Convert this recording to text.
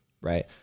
right